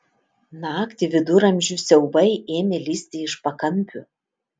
naktį viduramžių siaubai ėmė lįsti iš pakampių